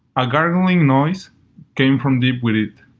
a gargling noise came from deep within it,